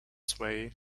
sway